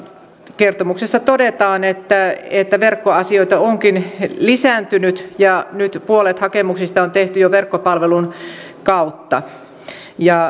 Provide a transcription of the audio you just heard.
kertomuksessa todetaan että verkkoasioita onkin lisääntynyt ja nyt jo puolet hakemuksista on tehty verkkopalvelun kautta